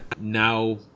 now